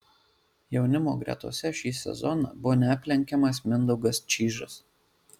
jaunimo gretose šį sezoną buvo neaplenkiamas mindaugas čyžas